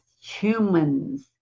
humans